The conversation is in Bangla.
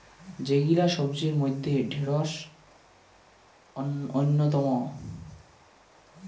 যেগিলা সবজির মইধ্যে ঢেড়স অইন্যতম